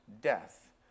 death